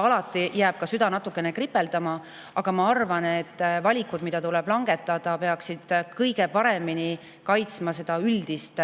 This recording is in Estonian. alati jääb ka süda natukene kripeldama. Aga ma arvan, et valikud, mida tuleb langetada, peaksid kõige paremini kaitsma üldist